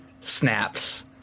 snaps